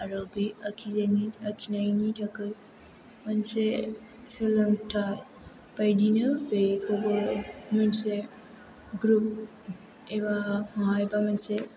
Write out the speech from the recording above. आरो बे आखिनायनि थाखाय मोनसे सोलोंथाइ बायदिनो बेखौबो मोनसे ग्रुप एबा बबेहायबा मोनसे